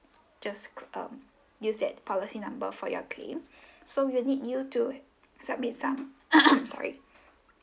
just could um use that policy number for your claim so we will need you to submit some sorry